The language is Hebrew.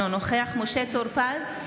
אינו נוכח משה טור פז,